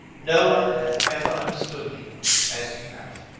no one has ever understood me as you have.